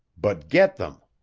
but get them.